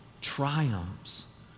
triumphs